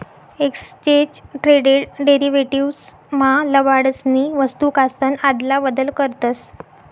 exchange traded derivatives मा लबाडसनी वस्तूकासन आदला बदल करतस